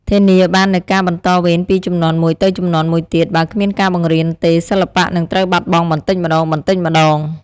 ធានាបាននូវការបន្តវេនពីជំនាន់មួយទៅជំនាន់មួយទៀត បើគ្មានការបង្រៀនទេ សិល្បៈនឹងត្រូវបាត់បង់បន្តិចម្តងៗ។